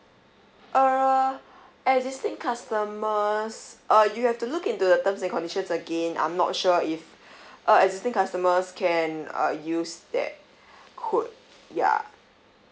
err existing customers uh you have to look into the terms and conditions again I'm not sure if uh existing customers can uh use that code ya